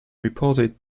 reported